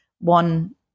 one